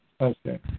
Okay